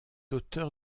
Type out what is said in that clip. auteur